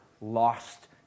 lost